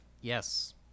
Yes